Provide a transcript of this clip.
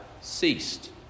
ceased